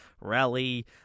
Rally